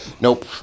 nope